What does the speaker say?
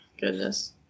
goodness